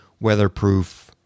weatherproof